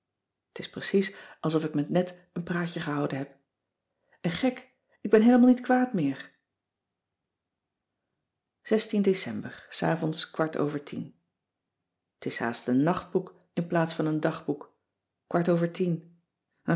t is precies alsof ik met net een praatje gehouden heb en gek ik ben heelemaal niet kwaad meer ecember s avonds kwart over tien t is haast een nachtboek inplaats van een dagboek kwart over tien